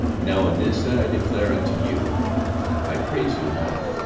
now in this that i declare unto you i praise you not,